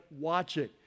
watching